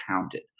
counted